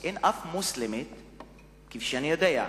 כפי שאני יודע,